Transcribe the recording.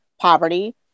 poverty